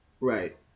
Right